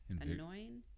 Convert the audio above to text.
annoying